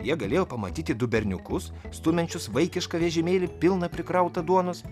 jie galėjo pamatyti du berniukus stumiančius vaikišką vežimėlį pilną prikrautą duonos